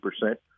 percent